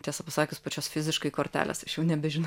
tiesą pasakius pačios fiziškai kortelės aš jau nebežinau